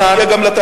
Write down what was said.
ויש